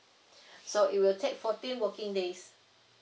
so it will take fourteen working days